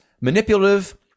manipulative